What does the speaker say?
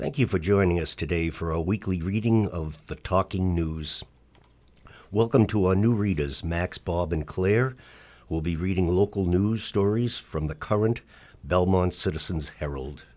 thank you for joining us today for a weekly reading of the talking news welcome to our new readers max bob and claire will be reading local news stories from the current belmont citizens harold